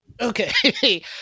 okay